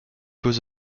cause